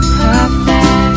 Perfect